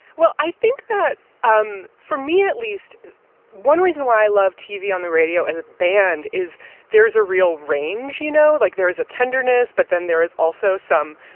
well, i think that um for me, at least one reason why i loved tv on the radio as a band is there is a real range, you know, like there is a tenderness. but then there is also some,